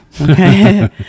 Okay